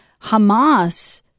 Hamas